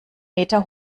meter